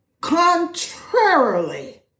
Contrarily